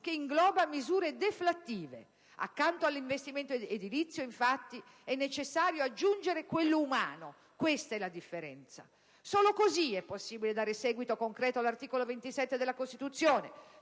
che ingloba misure deflattive. Accanto all'investimento edilizio infatti è necessario aggiungere quello umano: questa è la differenza. Solo così è possibile dare seguito concreto all'articolo 27 della Costituzione,